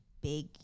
big